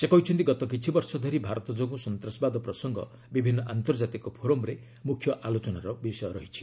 ସେ କହିଛନ୍ତି ଗତ କିଛିବର୍ଷ ଧରି ଭାରତ ଯୋଗୁଁ ସନ୍ତାସବାଦ ପ୍ରସଙ୍ଗ ବିଭିନ୍ନ ଆନ୍ତର୍ଜାତିକ ଫୋରମ୍ରେ ମୁଖ୍ୟ ଆଲୋଚନାର ରହିଛି